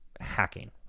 hacking